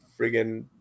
friggin